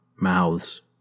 Mouths